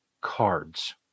cards